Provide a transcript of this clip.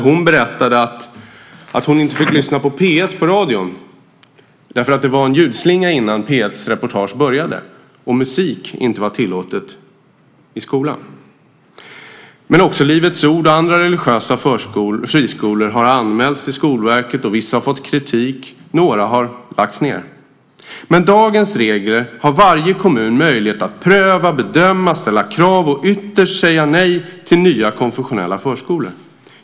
Hon berättade att hon inte fick lyssna på P 1 på radio därför att det var en ljudslinga innan P 1:s reportage började, och musik var inte tillåtet i skolan. Men också Livets ord och andra religiösa friskolor har anmälts till Skolverket. Vissa har fått kritik. Några har lagts ned. Med dagens regler har varje kommun möjlighet att pröva, bedöma och ställa krav och ytterst säga nej till nya konfessionella förskolor.